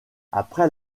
après